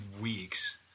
weeks